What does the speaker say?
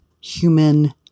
human